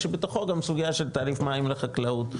שבתוכו גם סוגייה של תעריף מים לחקלאות,